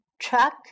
truck